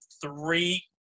three